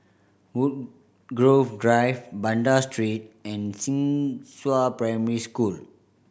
Woodgrove Drive Banda Street and Xinghua Primary School